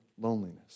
loneliness